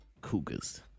Cougars